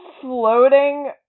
floating